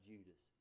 Judas